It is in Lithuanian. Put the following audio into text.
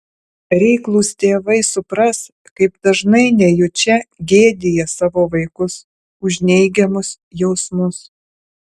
reiklūs tėvai supras kaip dažnai nejučia gėdija savo vaikus už neigiamus jausmus